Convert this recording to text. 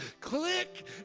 click